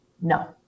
No